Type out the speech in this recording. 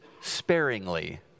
sparingly